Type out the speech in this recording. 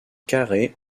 carré